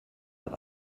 hat